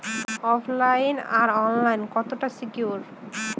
ওফ line আর online কতটা secure?